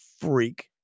freak